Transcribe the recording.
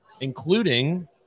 including